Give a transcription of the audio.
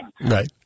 Right